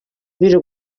biri